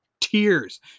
tears